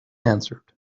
answered